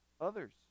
others